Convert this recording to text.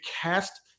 cast